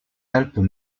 alpes